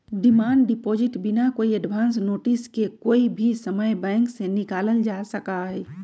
demand deposit बिना कोई advance notice के कोई भी समय बैंक से निकाल्ल जा सका हई